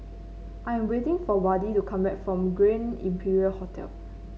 I'm waiting for Wayde to come back from Grand Imperial Hotel